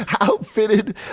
outfitted